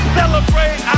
celebrate